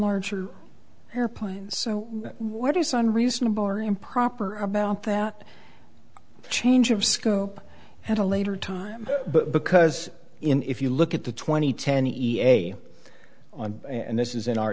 larger airplanes so what is on reasonable or improper about that change of scope at a later time because in if you look at the twenty ten e t a on and this is in our